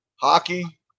Hockey